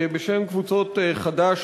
בשם קבוצות חד"ש,